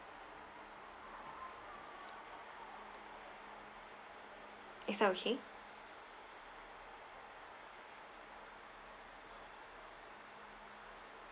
is that okay